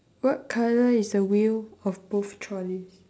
what colour is the wheel of both trollies